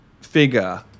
figure